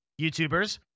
YouTubers